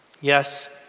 Yes